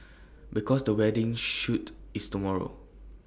because the wedding shoot is tomorrow